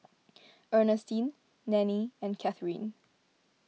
Ernestine Nannie and Catharine